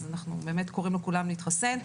אז אנחנו באמת קוראים לכולם להתחסן.